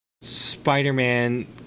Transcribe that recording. Spider-Man